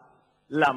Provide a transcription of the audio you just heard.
תודה רבה, אדוני.